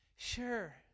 Sure